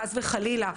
חס וחלילה,